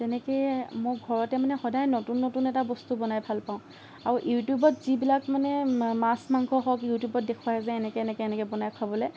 তেনেকেই মোৰ ঘৰতে মানে সদায় নতুন নতুন এটা বস্তু বনাই ভাল পাওঁ আৰু ইউটিউবত যিবিলাক মানে মা মাছ মাংস হওঁক ইউটিউবত দেখুৱাই যে এনেকে এনেকে এনেকে বনাই খোৱাবলৈ